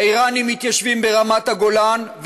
האיראנים מתיישבים ברמת הגולן,